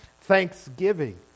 Thanksgiving